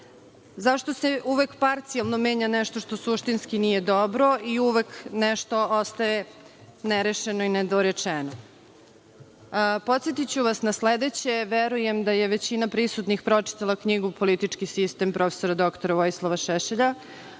Zašto se uvek parcijalno menja nešto što suštinski nije dobro i uvek nešto ostaje nerešeno i nedorečeno? Podsetiću vas na sledeće. Verujem da je većina prisutnih pročitala knjigu „Politički sistem“ prof. dr Vojislava Šešelja